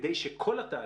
כדי שכל התהליך,